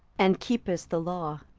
and keepest the law.